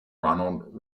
ronald